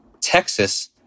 Texas